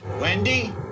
Wendy